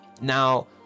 Now